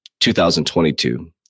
2022